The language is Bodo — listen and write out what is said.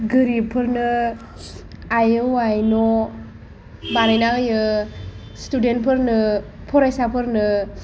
गोरिबफोरनो आइ औ आइ न' बानायना होयो स्टुदेन्टफोरनो फरायसाफोरनो